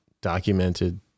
documented